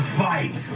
fight